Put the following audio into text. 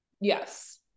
yes